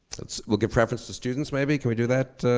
we'll give preference to students, maybe. can we do that?